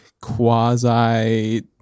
quasi